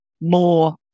More